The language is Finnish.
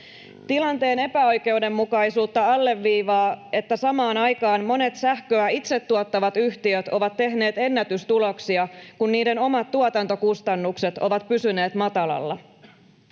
Tilanteen epäoikeudenmukaisuutta alleviivaa, että samaan aikaan monet sähköä itse tuottavat yhtiöt ovat tehneet ennätystuloksia, kun niiden omat tuotantokustannukset ovat pysyneet matalalla.